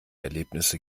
erlebnisse